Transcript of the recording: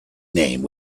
name